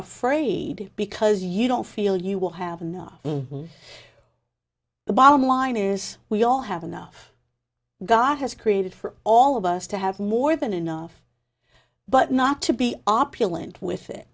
afraid because you don't feel you will have enough the bottom line is we all have enough god has created for all of us to have more than enough but not to be opulent with it